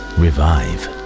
revive